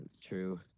True